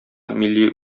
милли